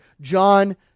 John